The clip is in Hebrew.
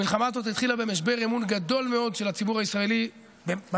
המלחמה הזאת התחילה במשבר אמון גדול מאוד של הציבור הישראלי במדינה.